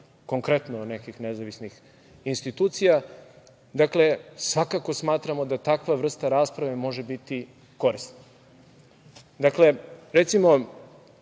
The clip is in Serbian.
konkretno nekih nezavisnih institucija. Dakle, svakako smatramo da takva vrsta rasprave može biti korisna. Recimo,